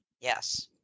Yes